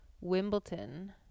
wimbledon